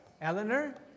Eleanor